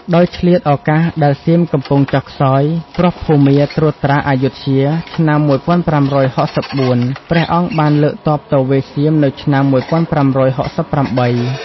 ដោយឆ្លៀតឱកាសដែលសៀមកំពុងចុះខ្សោយព្រោះភូមាត្រួតត្រាអយុធ្យា (ឆ្នាំ ១៥៦៤) ព្រះអង្គបានលើកទ័ពទៅវាយសៀមនៅឆ្នាំ ១៥៦៨។